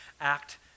act